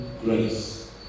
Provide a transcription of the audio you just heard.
grace